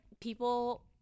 people